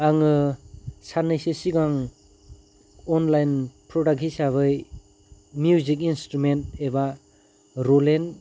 आङो साननैसो सिगां अनलाइन प्रदाक हिसाबै मिउजिक इन्सथ्रुमेन्ट एबा रलेन